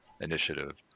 initiative